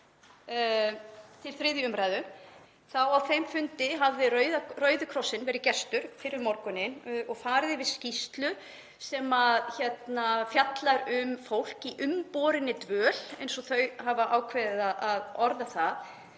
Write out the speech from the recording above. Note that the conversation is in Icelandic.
að á þeim fundi hafi Rauði krossinn verið gestur fyrr um morguninn og farið yfir skýrslu sem fjallar um fólk í umborinni dvöl, eins og þau hafa ákveðið að orða það,